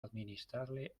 administrarle